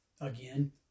Again